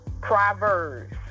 proverbs